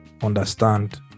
understand